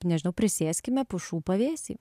nežinau prisėskime pušų pavėsy